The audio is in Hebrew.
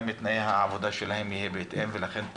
גם תנאי העבודה שלהם יהיו בהתאם ולכן זה